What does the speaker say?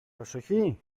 προσοχή